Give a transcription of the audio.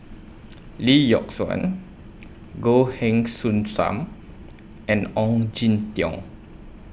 Lee Yock Suan Goh Heng Soon SAM and Ong Jin Teong